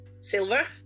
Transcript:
silver